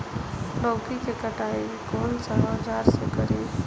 लौकी के कटाई कौन सा औजार से करी?